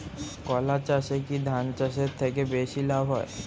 কলা চাষে কী ধান চাষের থেকে বেশী লাভ হয়?